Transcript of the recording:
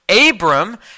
Abram